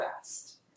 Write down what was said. fast